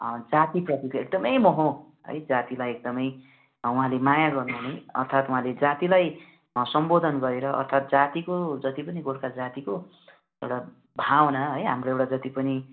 जाति प्रति चाहिँ एकदमै मोह है जातिलाई एकदमै उहाँले माया गर्नु हुने अर्थात् उहाँले जातिलाई सम्बोधन गरेर अर्थात् जातिको जति पनि गोर्खा जातिको एउटा भावना है हाम्रो एउटा हाम्रो जति पनि